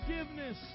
Forgiveness